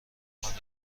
کنین